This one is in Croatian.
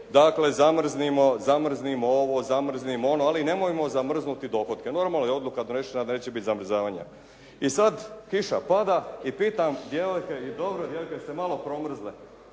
dakle zamrznimo ovo, zamrznimo ono, ali nemojmo zamrznuti dohotke. Normalno odluka je donešena da neće biti zamrzavanja. I sada kiša pada i pitam djevojke, dobro djevojke jeste malo promrzle,